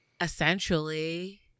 essentially